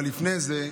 אבל לפני זה,